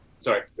Sorry